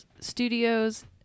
studios